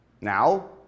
Now